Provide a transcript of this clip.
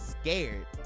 scared